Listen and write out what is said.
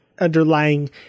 underlying